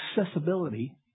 accessibility